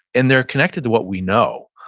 and they're connected to what we know.